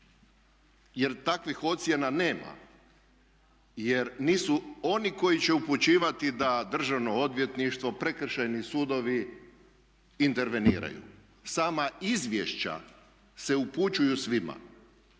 Jer takvih ocjena nema jer nisu oni koji će upućivati da državno odvjetništvo, prekršajni sudovi interveniraju. Sama izvješća se upućuju svima